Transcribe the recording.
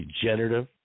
degenerative